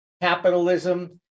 capitalism